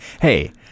Hey